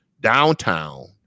downtown